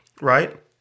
right